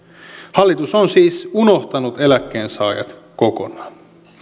hallitus on siis unohtanut eläkkeensaajat kokonaan